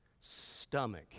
stomach